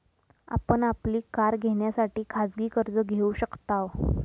आपण आपली कार घेण्यासाठी खाजगी कर्ज घेऊ शकताव